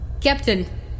Captain